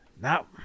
now